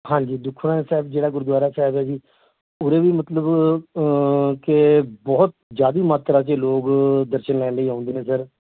ਹਾਂਜੀ ਦੁੱਖ ਨਿਵਾਰਨ ਸਾਹਿਬ ਜਿਹੜਾ ਗੁਰਦੁਆਰਾ ਸਾਹਿਬ ਹੈ ਜੀ ਉਹਨੇ ਵੀ ਮਤਲਬ ਕਿ ਬਹੁਤ ਜ਼ਿਆਦਾ ਮਾਤਰਾ 'ਚ ਲੋਕ ਦਰਸ਼ਨ ਲੈਣ ਲਈ ਆਉਂਦੇ ਨੇ ਸਰ